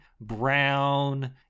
brown